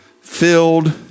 filled